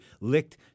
Licked